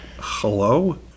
Hello